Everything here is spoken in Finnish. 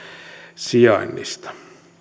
sijainnista